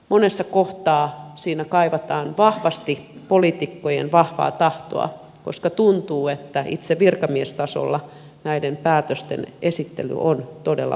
monessa kohtaa siinä kaivataan vahvasti poliitikkojen vahvaa tahtoa koska tuntuu että itse virkamiestasolla näiden päätösten esittely on todella vaikeaa